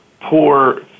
poor